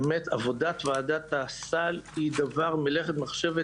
עבודת ועדת הסל היא מלאכת מחשבת,